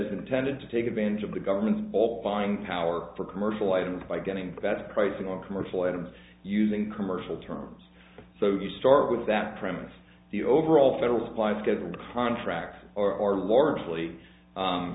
is intended to take advantage of the government all buying power for commercial items by getting better pricing on commercial items using commercial terms so you start with that premise the overall federal supplies go to contract or are largely